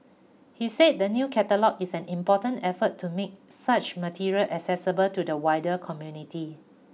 he said the new catalogue is an important effort to make such materials accessible to the wider community